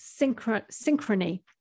synchrony